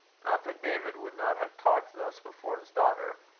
not that david would not have talked thus before his daughter,